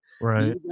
right